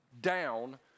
down